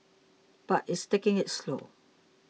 but it's taking it slow